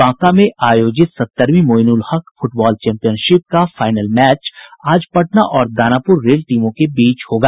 बांका में आयोजित सत्तरवीं मोईनुलहक फुटबॉल चैंपियनशिप का फाइनल मैच आज पटना और दानापुर रेल टीमों के बीच होगा